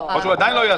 לא,